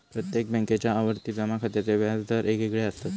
प्रत्येक बॅन्केच्या आवर्ती जमा खात्याचे व्याज दर येगयेगळे असत